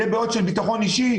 לבעיות של ביטחון אישי,